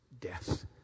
death